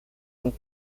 und